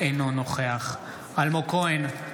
אינו נוכח אלמוג כהן,